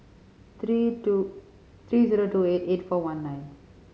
three two three zero two eight eight four one nine